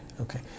okay